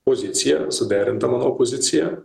pozicija suderinta manau pozicija